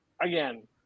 again